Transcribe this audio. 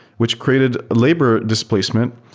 which created labor displacement.